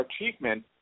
achievement